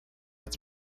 its